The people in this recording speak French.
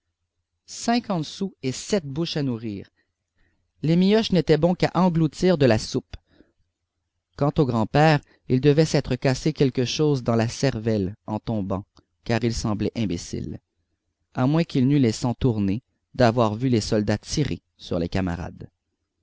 cinquante sous et sept bouches à nourrir les mioches n'étaient bons qu'à engloutir de la soupe quant au grand-père il devait s'être cassé quelque chose dans la cervelle en tombant car il semblait imbécile à moins qu'il n'eût les sangs tournés d'avoir vu les soldats tirer sur les camarades